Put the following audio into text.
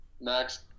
Next